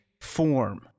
form